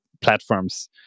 platforms